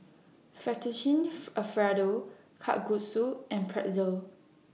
Fettuccine Alfredo Kalguksu and Pretzel